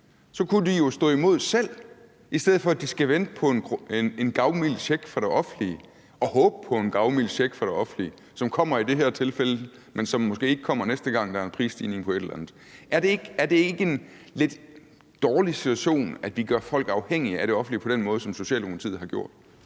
så kunne de jo stå imod selv, i stedet for at de skal vente på en gavmild check fra det offentlige – og håbe på en gavmild check fra det offentlige, som kommer i det her tilfælde, men som måske ikke kommer, næste gang der er en prisstigning på et eller andet. Er det ikke en lidt dårlig situation, at vi gør folk afhængige af det offentlige på den måde, som Socialdemokratiet har gjort?